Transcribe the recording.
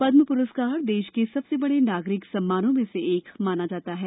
पद्म पुरस्कार देश के सबसे बड़े नागरिक सम्मानों में से एक माना जाता है